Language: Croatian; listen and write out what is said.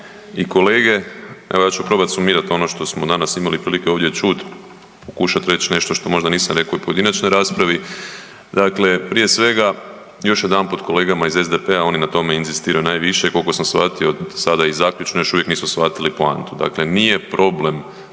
i kolege, evo ja ću probat sumirat ono što smo danas imali prilike ovdje čuti, pokušat reći nešto što možda nisam rekao u pojedinačnoj raspravi. Dakle prije svega još jedanput kolegama iz SDP-a, oni na tome inzistiraju najviše koliko sam shvatio sada i zaključno još uvijek nisu shvatili poantu. Dakle, nije problem